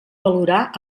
valorar